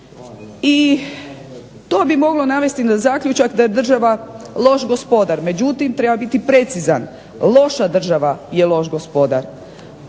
I to bi moglo navesti na zaključak da je država loš gospodar, međutim, treba biti precizan loša država je loš gospodar.